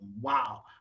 wow